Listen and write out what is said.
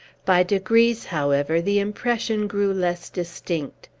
by degrees, however, the impression grew less distinct.